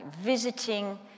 visiting